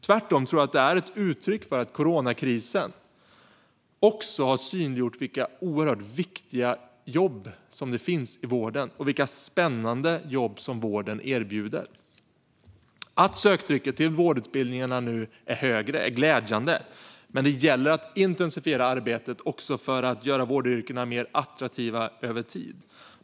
Tvärtom tror jag att det är ett uttryck för att coronakrisen också har synliggjort vilka oerhört viktiga jobb som finns inom vården och vilka spännande jobb som vården erbjuder. Att söktrycket till vårdutbildningarna nu är högre är glädjande, men det gäller också att intensifiera arbetet för att göra vårdyrkena mer attraktiva över tid.